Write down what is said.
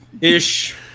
Ish